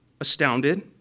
astounded